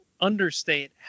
understate